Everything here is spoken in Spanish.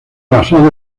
basado